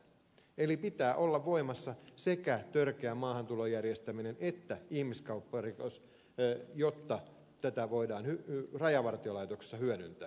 eli pitää olla voimassa sekä törkeä maahantulon järjestäminen että ihmiskaupparikos jotta tätä voidaan rajavartiolaitoksessa hyödyntää